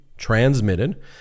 transmitted